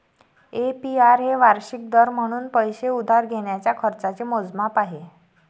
APR हे वार्षिक दर म्हणून पैसे उधार घेण्याच्या खर्चाचे मोजमाप आहे